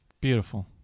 Beautiful